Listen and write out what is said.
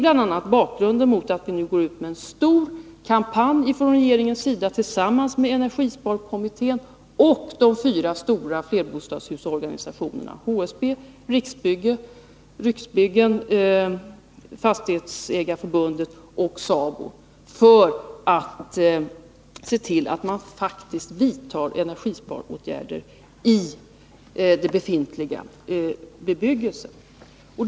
a. detta är bakgrunden till att regeringen går ut i en stor kampanj — tillsammans med energisparkommittén och de fyra stora flerbostadshusorganisationerna HSB, Riksbyggen, Fastighetsägareförbundet och SABO - för att se till att det faktiskt vidtas energisparåtgärder i den befintliga bebyggelsen.